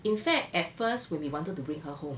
in fact at first when we wanted to bring her home